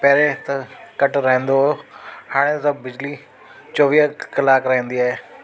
पहिरियों त कट रहंदो हुओ हाणे त बिजली चोवीह कलाक रहंदी आहे